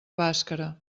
bàscara